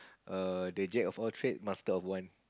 err the jack of all trade master of one